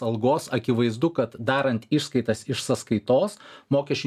algos akivaizdu kad darant išskaitas iš sąskaitos mokesčių